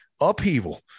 upheaval